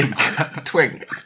twink